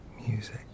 Music